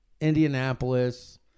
Indianapolis